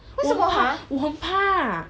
我很怕我很怕